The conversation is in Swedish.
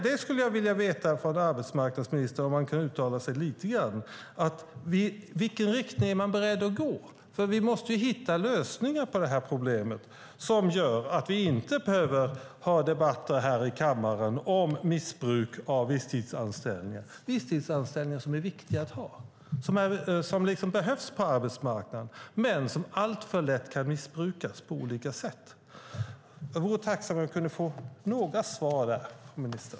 Jag skulle vilja veta om arbetsmarknadsministern kan uttala sig lite grann om i vilken riktning man är beredd att gå, för vi måste ju hitta lösningar på det här problemet som gör att vi inte behöver ha debatter här i kammaren om missbruk av visstidsanställningar. Visstidsanställningar är viktiga att ha och behövs på arbetsmarknaden, men de kan alltför lätt missbrukas på olika sätt. Jag vore tacksam om jag kunde få några svar här från ministern.